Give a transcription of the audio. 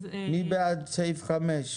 מי בעד סעיף (5)?